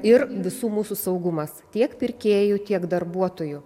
ir visų mūsų saugumas tiek pirkėjų tiek darbuotojų